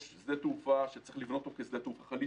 יש שדה תעופה שצריך לבנות אותו כשדה תעופה חליפי.